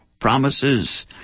promises